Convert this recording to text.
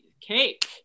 cake